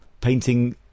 painting